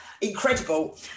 incredible